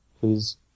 Please